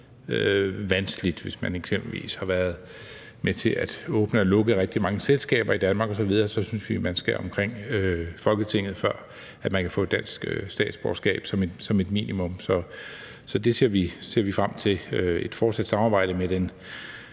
vanskeligt. Hvis man f.eks. har været med til at åbne og lukke rigtig mange selskaber osv., synes vi, at man skal omkring Folketinget, for at man kan få et dansk statsborgerskab – som et minimum. Så det ser vi frem til et fortsat samarbejde om med den